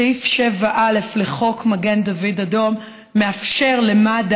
סעיף 7א לחוק מגן דוד אדום מאפשר למגן